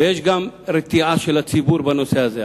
ויש גם רתיעה של הציבור בנושא הזה.